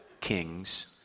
kings